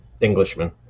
Englishman